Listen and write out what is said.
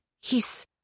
He's-